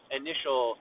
initial